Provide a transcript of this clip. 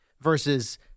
versus